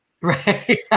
Right